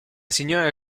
signora